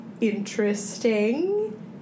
interesting